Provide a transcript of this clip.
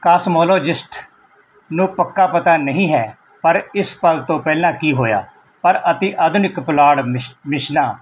cosmologist ਨੂੰ ਪੱਕਾ ਪਤਾ ਨਹੀਂ ਹੈ ਪਰ ਇਸ ਪਲ ਤੋਂ ਪਹਿਲਾਂ ਕੀ ਹੋਇਆ ਪਰ ਅਤਿ ਆਧੁਨਿਕ ਪੁਲਾੜ ਮਿਸ਼ ਮਿਸ਼ਨਾਂ